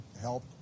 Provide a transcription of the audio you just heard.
help